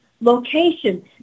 location